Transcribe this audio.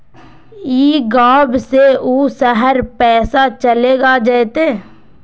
ई गांव से ऊ शहर पैसा चलेगा जयते?